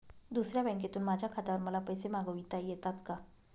दुसऱ्या बँकेतून माझ्या खात्यावर मला पैसे मागविता येतात का?